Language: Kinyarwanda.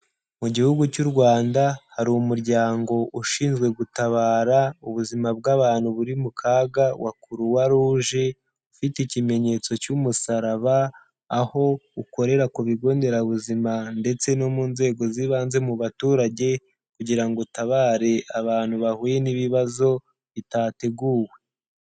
Mu gihugu cy'u Rwanda hari umuryango ushinzwe gutabara ubuzima bw'abantu buri mu kaga wa croix rouge, ufite ikimenyetso cy'umusaraba, aho ukorera ku bigo nderabuzima ndetse no mu nzego z'ibanze mu baturage kugira ngo utabare abantu bahuye n'ibibazo bitateguwe.